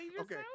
Okay